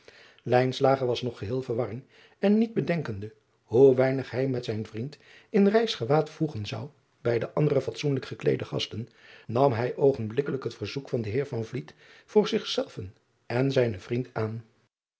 was nog geheel verwarring en niet bedenkende hoe weinig hij met zijn vriend in reisgewaad voegen zou bij de andere fatsoenlijk opgekleede gasten nam hij oogenblikkelijk het verzoek van den eer voor zich-zelven en zijnen vriend aan